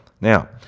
Now